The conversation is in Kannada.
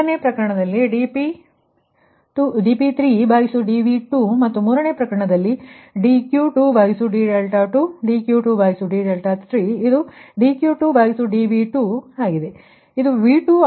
ಎರಡನೆಯ ಪ್ರಕರಣ ಇದು dp3dV2 ಮತ್ತು ಮೂರನೆಯ ಪ್ರಕರಣ ಇದು ಒಂದುdQ2d2 dQ2d3 ಮತ್ತು ಇದು dQ2dV2 ಸರಿ ಮತ್ತು ಇದು V2